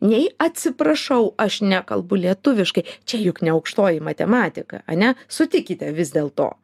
nei atsiprašau aš nekalbu lietuviškai čia juk ne aukštoji matematika ane sutikite vis dėlto